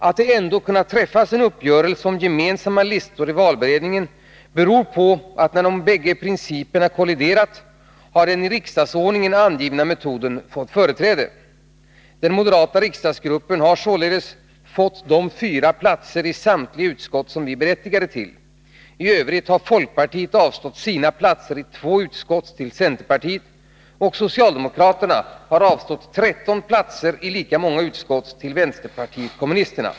Att det ändå kunnat träffas en uppgörelse om gemensamma listor i valberedningen beror på att när de båda principerna kolliderat har den i riksdagsordningen angivna metoden fått företräde. Den moderata riksdagsgruppen har således fått de fyra platser i samtliga utskott som den är berättigad till. I övrigt har folkpartiet avstått sina platser i två utskott till centerpartiet, och socialdemokraterna har avstått tretton platser i lika många sutskott till vänsterpartiet kommunisterna.